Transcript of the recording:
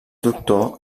doctor